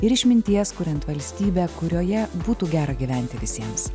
ir išminties kuriant valstybę kurioje būtų gera gyventi visiems